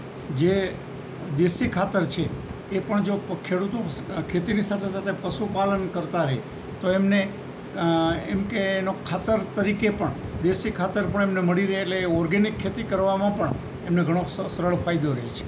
જે દેશી ખાતર છે એ પણ જો ખેડૂતો ખેતીની સાથે સાથે પશુપાલન કરતાં રહે તો એમને એમ કે એનો ખાતર તરીકે પણ દેશી ખાતર પણ એમને મળી રે એટલે એ ઓર્ગેનિક ખેતી કરવામાં પણ એમને ઘણો સરળ ફાયદો રહે છે